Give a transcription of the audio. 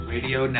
Radio